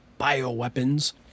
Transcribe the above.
bioweapons